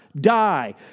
die